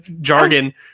jargon